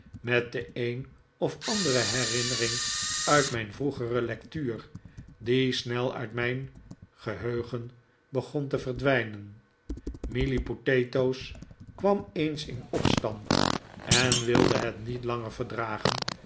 met de een of andere herinnering uit mijn vroegere lectuur die snel uit mijn geheugen begon te verdwijnen mealy potatoes kwam eens in opstand en wilde het niet langer verdragen